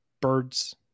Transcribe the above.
birds